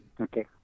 Okay